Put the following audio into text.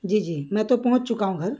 جی جی میں تو پہنچ چکا ہوں گھر